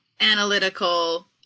analytical